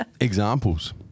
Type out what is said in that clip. Examples